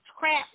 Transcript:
crap